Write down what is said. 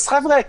אז חבר'ה,